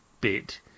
bit